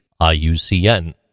IUCN